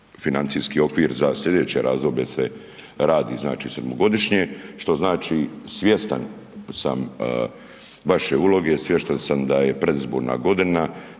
financijski okvir za slijedeće razdoblje se radi, znači sedmogodišnje, što znači svjestan sam vaše uloge, svjestan sam da je predizborna godina,